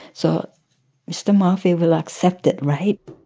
so mr. murphy will accept it, right?